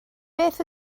beth